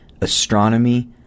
astronomy